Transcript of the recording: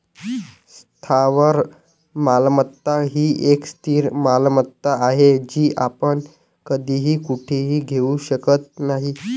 स्थावर मालमत्ता ही एक स्थिर मालमत्ता आहे, जी आपण कधीही कुठेही घेऊ शकत नाही